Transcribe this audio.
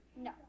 No